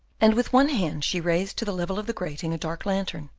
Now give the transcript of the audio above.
and with one hand she raised to the level of the grating a dark lantern,